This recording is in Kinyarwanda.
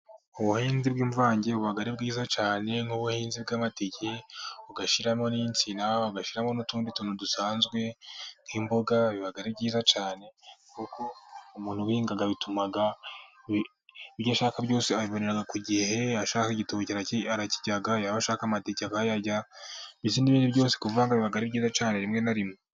Ubuhinzi bwimvange buba ari bwiza cyane. Nk'ubuhinzi bw'amateke ugashyiramo insina, ugashyiraho n'utundi tuntu dusanzwe nk'imboga biba ari byiza cyane umuntu ubihinga bituma ibyo ashaka byose abibonera ku gihe yashaka igitoki akakirya, aho ashaka amateke n'ibindi byose ari byiza cyane rimwe na rimwe.